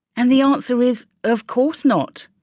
and the answer is of course not.